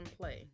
play